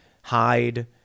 hide